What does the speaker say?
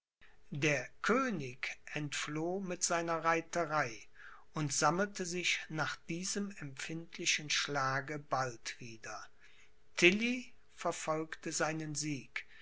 der könig entfloh mit seiner reiterei und sammelte sich nach diesem empfindlichen schlage bald wieder tilly verfolgte seinen sieg